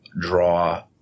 draw